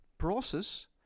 process